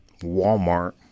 Walmart